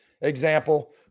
example